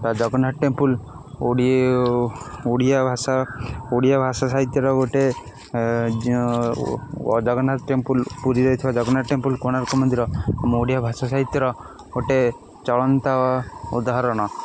Jagannath temple ଭାଷା ଓଡ଼ିଆ ଭାଷା ସାହିତ୍ୟର ଗୋଟେ ଜଗନ୍ନାଥ ଟେମ୍ପଲ ପୁରୀରେ ଥିବା ଜଗନ୍ନାଥ ଟେମ୍ପଲ କୋଣାର୍କ ମନ୍ଦିର ଆମ ଓଡ଼ିଆ ଭାଷା ସାହିତ୍ୟର ଗୋଟେ ଚଳନ୍ତା ଉଦାହରଣ